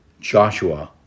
Joshua